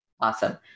Awesome